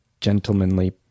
gentlemanly